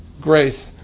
grace